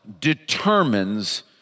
determines